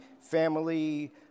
family